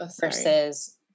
versus